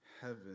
Heaven